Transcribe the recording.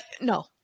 No